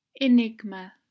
Enigma